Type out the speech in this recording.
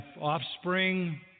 offspring